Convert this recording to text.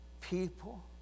People